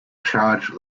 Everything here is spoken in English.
charge